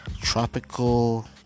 tropical